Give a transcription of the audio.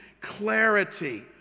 clarity